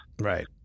Right